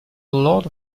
lot